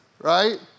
right